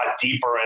deeper